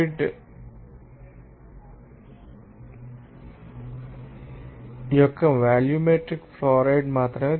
మీరు ఉన్నందున మీరు లిక్విడ్ ం యొక్క వాల్యూమెట్రిక్ ఫ్లోరైడ్ మాత్రమే మీకు తెలుసు